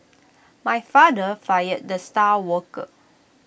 my father fired the star worker